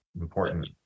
important